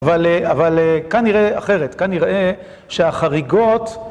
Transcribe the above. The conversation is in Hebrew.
אבל כאן נראה אחרת, כאן נראה שהחריגות